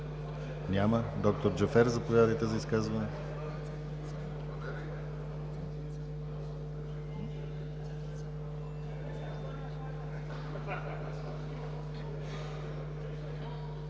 Няма. Доктор Джафер, заповядайте за изказване.